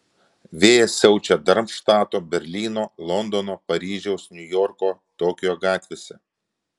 vėjas siaučia darmštato berlyno londono paryžiaus niujorko tokijo gatvėse